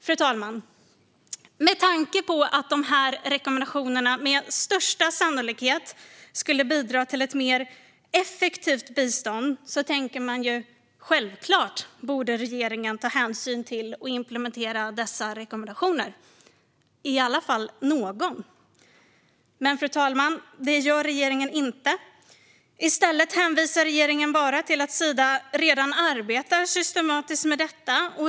Fru talman! Med tanke på att dessa rekommendationer med största sannolikhet leder till ökad effektivitet i svenskt bistånd tänker man att regeringen självklart ska ta hänsyn till och implementera dessa rekommendationer, i alla fall någon av dem. Men det gör regeringen inte. I stället hänvisar regeringen till att Sida redan arbetar systematiskt med detta.